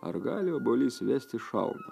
ar gali obuolys vesti šalną